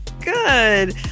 Good